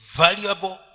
valuable